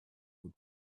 would